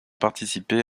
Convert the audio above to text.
participer